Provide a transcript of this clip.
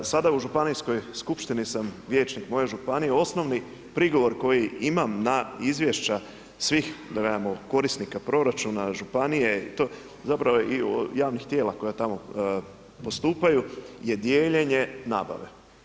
Sada u županijskoj skupštini sam vijećnik moje županije, osnovni prigovor koji imam na izvješća svih korisnika proračuna županije, zapravo i javnih tijela koja tamo postupaju je dijeljene nabave.